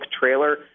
trailer